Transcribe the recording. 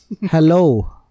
hello